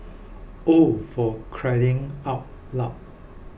oh for crying out loud